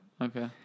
Okay